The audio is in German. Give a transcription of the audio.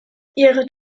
ihre